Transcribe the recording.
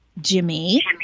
Jimmy